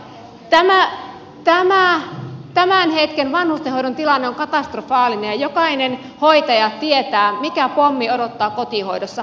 tämän hetken vanhustenhoidon tilanne on katastrofaalinen ja jokainen hoitaja tietää mikä pommi odottaa kotihoidossa